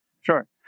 sure